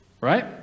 right